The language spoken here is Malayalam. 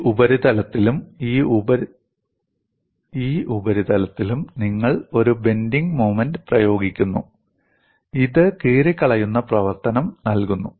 ഈ ഉപരിതലത്തിലും ഈ ഉപരിതലത്തിലും നിങ്ങൾ ഒരു ബെൻഡിങ് മോമെന്റ്റ് പ്രയോഗിക്കുന്നു ഇത് കീറിക്കളയുന്ന പ്രവർത്തനം നൽകുന്നു